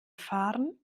fahren